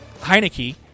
Heineke